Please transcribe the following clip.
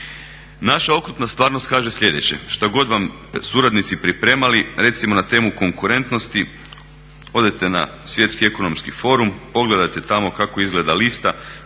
Naša okrutna stvarnost kaže sljedeće. Šta god vam suradnici pripremali recimo na temu konkurentnosti, odete na svjetski ekonomski forum, pogledate tamo kako izgleda lista